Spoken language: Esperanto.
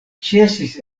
ĉesis